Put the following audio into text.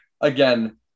again